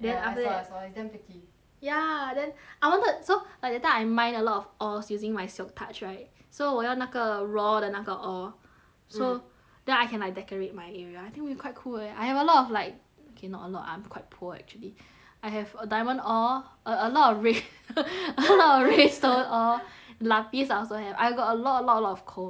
then after that I saw I saw is damn pretty ya then I wanted so like that time I mine a lot ores using my silk touch right so 我用那个 raw 的那个 ore so mm then I can like decorate my area I think we quite cool leh I have a lot of like okay not a lot I'm quite poor actually I have a diamond ore a a lot of re~ a lot of red stone ore lapis I also have I got a lot a lot a lot of coal maybe I put coal